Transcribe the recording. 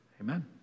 amen